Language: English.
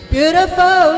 Beautiful